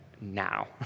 now